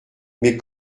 mais